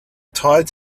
tides